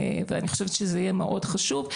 ואני חושבת שזה יהיה מאוד חשוב.